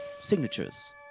signatures